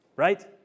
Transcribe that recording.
Right